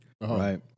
right